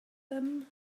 them